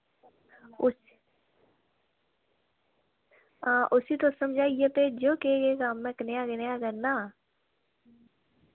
ते उसी तुस समझाइयै भेजेओ कनेहा कनेहा कम्म ऐ ते कियां कियां करना